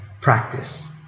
practice